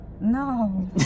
no